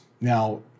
Now